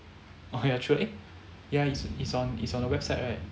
uh actually ya it's is on is on a website right